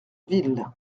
ville